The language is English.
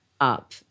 up